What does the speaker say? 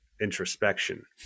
introspection